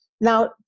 now